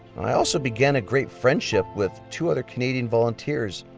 i also began a great friendship with two other canadian volunteers,